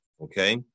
Okay